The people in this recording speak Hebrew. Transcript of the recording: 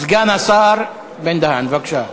סגן השר בן-דהן, בבקשה.